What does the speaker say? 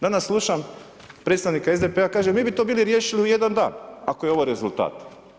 Danas slušam predstavnika SDP-a, kaže mi bi to bili riješili u jedan dan ako je ovo rezultat.